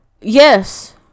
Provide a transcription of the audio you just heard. yes